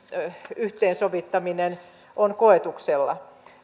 yhteensovittaminen on koetuksella